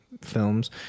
films